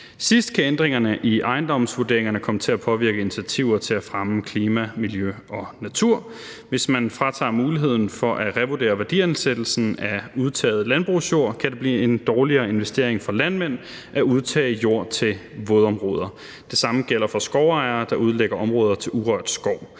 sidst kan ændringerne i ejendomsvurderingerne komme til at påvirke initiativer til at fremme klima, miljø og natur. Hvis man fratager muligheden for at revurdere værdiansættelsen af udtaget landbrugsjord, kan det blive en dårligere investering for landmænd at udtage jord til vådområder. Det samme gælder for skovejere, der udlægger områder til urørt skov.